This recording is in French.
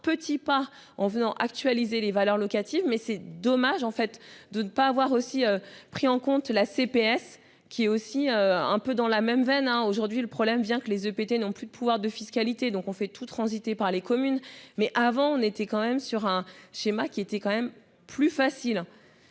petit pas en venant actualiser les valeurs locatives mais c'est dommage en fait de ne pas avoir aussi pris en compte la CPS qui est aussi un peu dans la même veine hein. Aujourd'hui, le problème vient que les EPT non plus de pouvoir de fiscalité. Donc on fait tout transiter par les communes. Mais avant on était quand même sur un schéma qui était quand même plus facile.